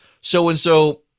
so-and-so